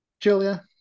julia